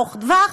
ארוך טווח.